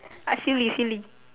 uh silly silly